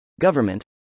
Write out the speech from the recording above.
government